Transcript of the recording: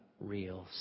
real